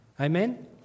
Amen